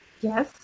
Yes